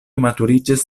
maturiĝas